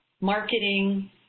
marketing